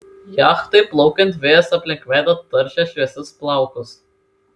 jachtai plaukiant vėjas aplink veidą taršė šviesius plaukus